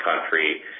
country